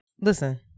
Listen